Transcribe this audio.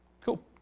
Cool